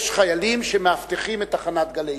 יש חיילים שמאבטחים את תחנת "גלי צה"ל".